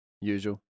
usual